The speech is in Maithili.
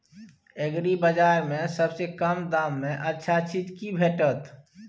एग्रीबाजार में सबसे कम दाम में अच्छा चीज की भेटत?